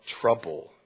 trouble